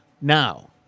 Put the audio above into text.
now